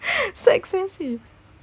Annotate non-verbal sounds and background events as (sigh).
(breath) so expensive